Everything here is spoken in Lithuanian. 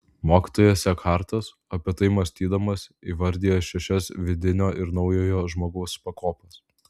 mokytojas ekhartas apie tai mąstydamas įvardija šešias vidinio ir naujojo žmogaus pakopas